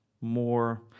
more